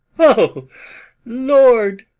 o lord,